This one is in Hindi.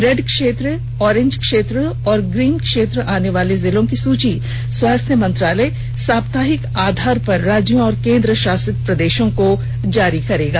रेड क्षेत्र ऑरेंज क्षेत्र और ग्रीन क्षेत्र में आने वाले जिलों की सूची स्वास्थ्य मंत्रालय साप्ताहिक आधार पर राज्यों और केंद्र शासित प्रदेशों को जारी करेगा